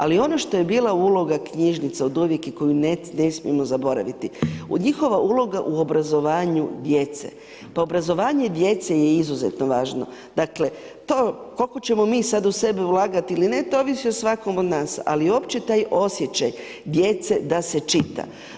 Ali ono što je bila uloga knjižnica oduvijek i koju ne smijemo zaboraviti, njihova uloga u obrazovanju djece, pa obrazovanje djece je izuzetno važno, dakle, to koliko ćemo mi sada u sebe ulagati ili ne, to ovisi od svakog od nas, ali opće taj osjećaj djece da se čita.